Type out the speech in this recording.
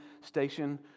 station